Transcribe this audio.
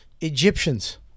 Egyptians